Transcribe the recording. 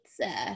pizza